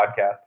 podcast